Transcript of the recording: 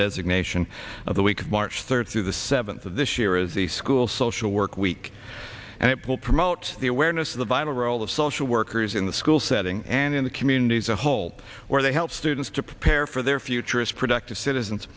designation of the week march third through the seventh of this year is the school social work week and it will promote the awareness of the vital role of social workers in the school setting and in the communities a whole where they help students to prepare for their future as productive citizens